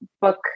book